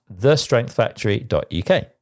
thestrengthfactory.uk